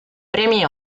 premi